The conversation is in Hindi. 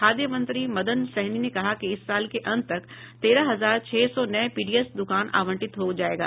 खाद्य मंत्री मदन सहनी ने कहा कि इस साल के अंत तक तेरह हजार छह सौ नए पीडीएस दुकान आवंटित हो जाएगा